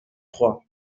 trois